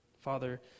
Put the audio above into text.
Father